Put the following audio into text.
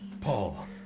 Paul